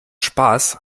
spaß